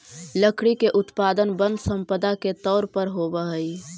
लकड़ी के उत्पादन वन सम्पदा के तौर पर होवऽ हई